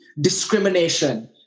discrimination